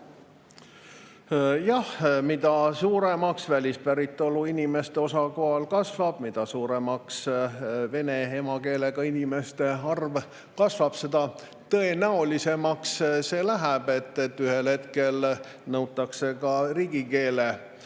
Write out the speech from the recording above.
Jah, mida suuremaks välispäritolu inimeste osakaal kasvab, mida suuremaks vene emakeelega inimeste arv kasvab, seda tõenäolisemaks see läheb, et ühel hetkel nõutakse ka riigikeele